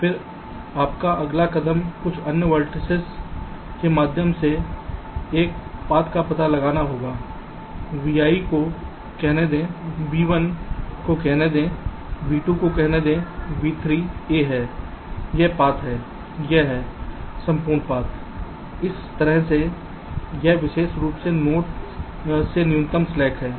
फिर आपका अगला कदम कुछ अन्य वेर्तिसेस के माध्यम से एक पाथ का पता लगाना होगा V1 को कहने दें V2 को कहने दें V3 a है यह पाथ है यह है संपूर्ण पाथ है इस तरह से कि यह विशेष रूप से नोड में न्यूनतम स्लैक है